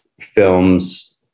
films